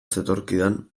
zetorkidan